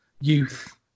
youth